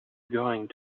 going